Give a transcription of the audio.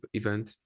event